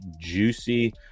juicy